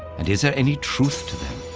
and is there any truth to them?